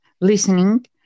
listening